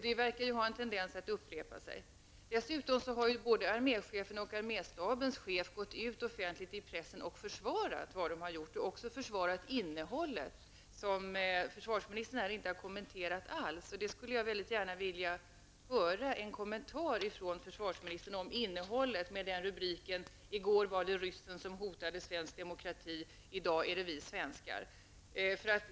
Det verkar finnas en tendens att detta upprepar sig. Dessutom har både arméchefen och arméstabens chef gått ut offentligt i pressen och försvarat vad man gjort och också försvarat kampanjens innehåll, som försvarsministern inte alls har kommenterat här. Jag skulle gärna vilja få en kommentar från försvarsministern om innehållet och rubriken: I går var det ryssen som hotade svensk demokrati, i dag är det vi svenskar.